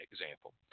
example